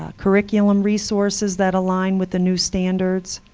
ah curriculum resources that align with the new standards,